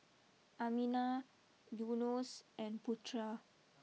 Aminah Yunos and Putra